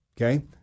Okay